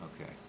Okay